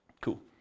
Cool